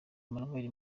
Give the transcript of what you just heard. emmanuel